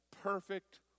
Perfect